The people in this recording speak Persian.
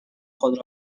خود